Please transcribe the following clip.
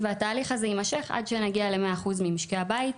והתהליך הזה יימשך עד שנגיע ל-100% ממשקי הבית,